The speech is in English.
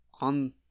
On